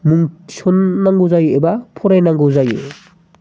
मुं थिसननांगौ जायो एबा फरायनांगौ जायो